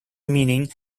meaning